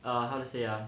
err how to say ah